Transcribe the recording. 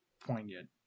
poignant